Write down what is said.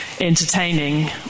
entertaining